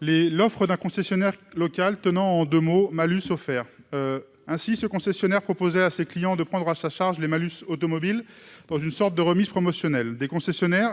l'offre d'un concessionnaire local tenant en deux mots : malus offert ! Ainsi, ce concessionnaire proposait à ses clients de prendre à sa charge le malus automobile dans une sorte de remise promotionnelle.